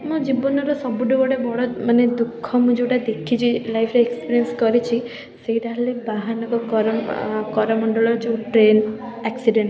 ମୋ ଜୀବନର ସବୁଠୁ ଗୋଟେ ବଡ଼ ମାନେ ଦୁଃଖ ମୁଁ ଯେଉଁଟା ଦେଖିଚି ଲାଇଫ୍ରେ ଏକ୍ସପିରିଏନସ୍ କରିଛି ସେଇଟା ହେଲା ବାହାନଗା କର କରମଣ୍ଡଳ ଯେଉଁ ଟ୍ରେନ୍ ଆକ୍ସିଡ଼େଣ୍ଟ୍